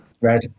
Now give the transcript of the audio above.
red